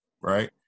Right